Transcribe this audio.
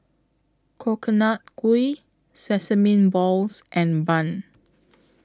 Coconut Kuih Sesame Balls and Bun